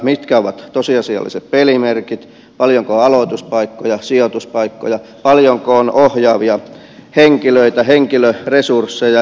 mitkä ovat tosiasialliset pelimerkit paljonko on aloituspaikkoja sijoituspaikkoja paljonko on ohjaavia henkilöitä henkilöresursseja